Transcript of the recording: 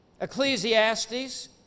Ecclesiastes